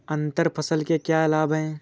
अंतर फसल के क्या लाभ हैं?